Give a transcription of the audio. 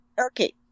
Okay